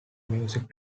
music